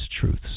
truths